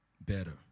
better